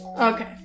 Okay